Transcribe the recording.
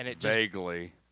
Vaguely